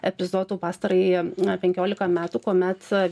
epizodų pastarąjį na penkiolika metų kuomet